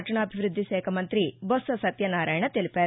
పట్టణాభివృద్ది శాఖా మంతి బొత్స సత్యన్నారాయణ తెలిపారు